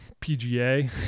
PGA